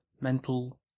mental